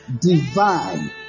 Divine